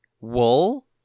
wool